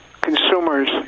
consumers